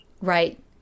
Right